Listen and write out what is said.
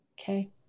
Okay